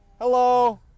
Hello